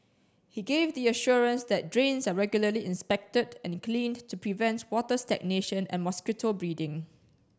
he gave the assurance that drains are regularly inspected and cleaned to prevent water stagnation and mosquito breeding